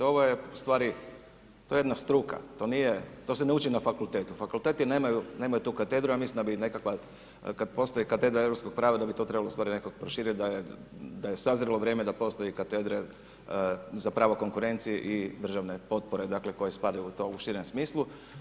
Ovo je u stvari, to je jedna struka, to se ne uči na fakultetu, fakulteti nemaju tu katedru, ja mislim da bi da bi nekakva, kad postoji katedra europskog prava da bi to trebalo ustvari nekako proširiti, da je sazrelo vrijeme da postoji katedra za pravo konkurencije i državne potpore dakle koje spadaju u to u širem smislu.